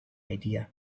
idea